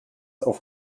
auf